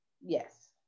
yes